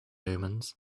omens